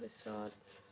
তাৰপিছত